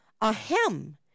Ahem